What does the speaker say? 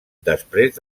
després